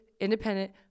independent